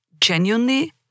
genuinely